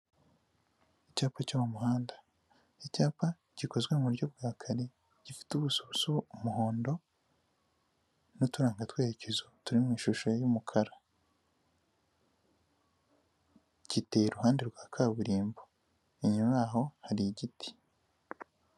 Icyapa cyo mu muhanda, icyapa gikozwe mu buryo bwa kare gifite ubuso busa umuhondo, n'uturanga twerekezo turi ishusho y'umukara, giteye iruhande rwa kaburimbo, inyuma yaho hari igiti.